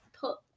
put